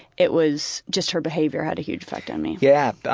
it was just her behavior had a huge effect on me. yeah,